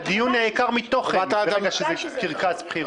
הדיון נעקר מתוכן --- בגלל שזה קרקס בחירות.